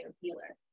healer